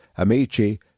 Amici